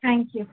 thank you